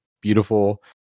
beautiful